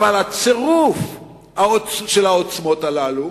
בצירוף של העוצמות הללו